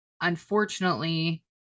unfortunately